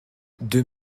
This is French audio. deux